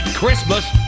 Christmas